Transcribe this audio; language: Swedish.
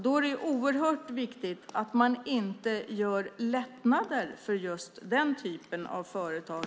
Då är det oerhört viktigt att man inte gör lättnader för den typen av företag.